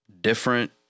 different